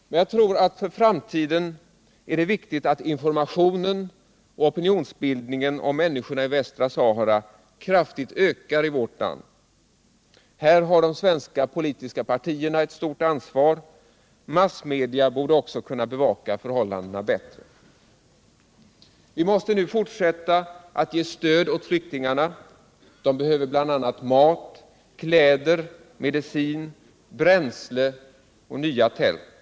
Men jag tror att det för framtiden är viktigt att informationen och opinionsbildningen om människorna i Västra Sahara kraftigt ökar i vårt land. Här har de svenska politiska partierna ett stort ansvar. Massmedia borde också kunna bevaka förhållandena bättre. Vi måste nu fortsätta att ge stöd åt flyktingarna. De behöver bl.a. mat, kläder, medicin, bränsle och nya tält.